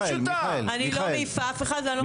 אני לא מעיפה אף אחד.